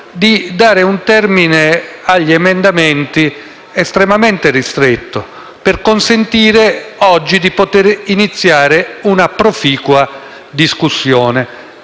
di dare un termine agli emendamenti estremamente ristretto, per consentire oggi di poter iniziare una proficua discussione.